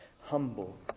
humble